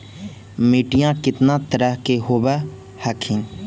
मिट्टीया कितना तरह के होब हखिन?